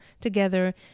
together